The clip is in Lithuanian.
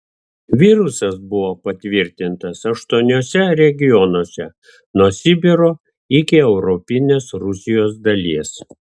virusas buvo patvirtintas aštuoniuose regionuose nuo sibiro iki europinės rusijos dalies